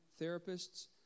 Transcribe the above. therapists